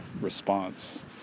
response